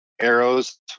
Arrows